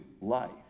life